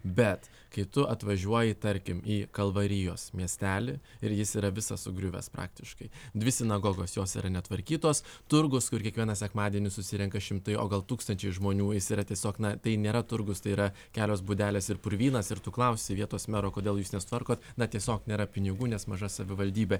bet kai tu atvažiuoji tarkim į kalvarijos miestelį ir jis yra visas sugriuvęs praktiškai dvi sinagogos jos yra netvarkytos turgus kur kiekvieną sekmadienį susirenka šimtai o gal tūkstančiai žmonių jis yra tiesiog na tai nėra turgus tai yra kelios būdelės ir purvynas ir tu klausi vietos mero kodėl jūs nesutvarkot na tiesiog nėra pinigų nes maža savivaldybė